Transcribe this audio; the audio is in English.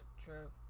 true